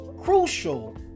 crucial